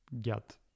get